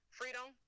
freedom